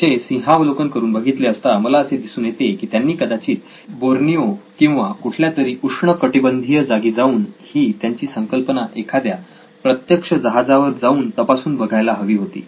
त्याचे सिंहावलोकन करून बघितले असता मला असे दिसून येते की त्यांनी कदाचित बोर्निओ किंवा कुठल्यातरी उष्णकटिबंधीय जागी जाऊन ही त्यांची संकल्पना एखाद्या प्रत्यक्ष जहाजावर जाऊन तपासून बघायला हवी होती